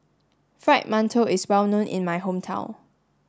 fried Mantou is well known in my hometown